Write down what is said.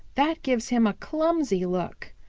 that gives him a clumsy look,